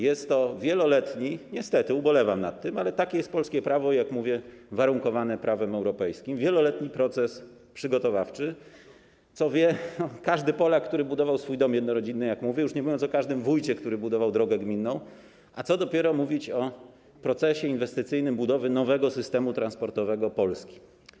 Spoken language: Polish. Jest to wieloletni - niestety, ubolewam nad tym, ale takie jest polskie prawo, jak mówię, warunkowane prawem europejskim - proces przygotowawczy, co wie każdy Polak, który budował swój dom jednorodzinny, jak powiedziałem, już nie mówiąc o każdym wójcie, który budował drogę gminną, a co dopiero mówić o procesie inwestycyjnym budowy nowego systemu transportowego Polski.